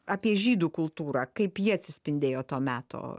apie žydų kultūrą kaip ji atsispindėjo to meto